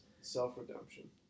Self-redemption